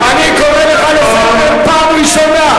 אני קורא אותך לסדר פעם ראשונה.